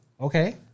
Okay